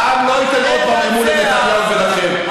העם לא ייתן עוד פעם אמון בנתניהו ובכם,